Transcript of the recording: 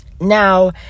now